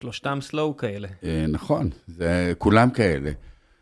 שלושתם סלואו כאלה. נכון, זה כולם כאלה.